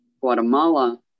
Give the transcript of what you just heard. Guatemala